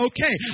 Okay